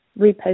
repost